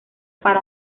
para